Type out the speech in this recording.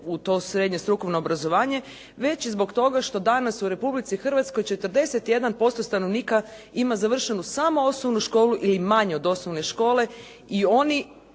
u to srednje strukovno obrazovanje, već i zbog toga što danas u Republici Hrvatskoj 41% stanovnika ima završenu samo osnovnu školu ili manje od osnovne škole i oni